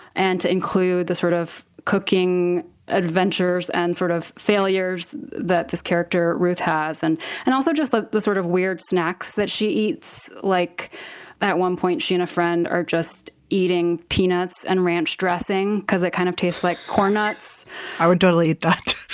and to include the sort of cooking adventures and sort of failures that this character, ruth has, and and also the the sort of weird snacks that she eats. like at one point, she and a friend are just eating peanuts and ranch dressing because it kind of tastes like corn nuts i would totally eat that